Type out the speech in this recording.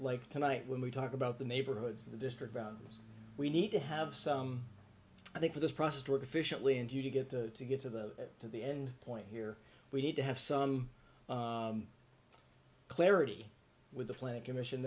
like tonight when we talk about the neighborhoods of the district we need to have some i think for this process to officially and you get to to get to the to the end point here we need to have some clarity with the planning commission